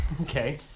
Okay